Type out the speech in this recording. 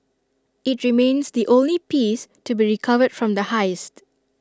IT remains the only piece to be recovered from the heist